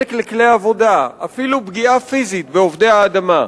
נזק לכלי עבודה, אפילו פגיעה פיזית בעובדי האדמה.